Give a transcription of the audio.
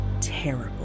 terrible